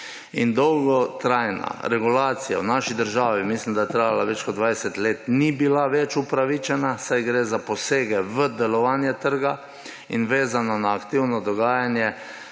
%. Dolgotrajna regulacija v naši državi – mislim, da je trajala več kot 20 let – ni bila več upravičena, saj gre za posege v delovanje trga. Vezano na aktivno dogajanje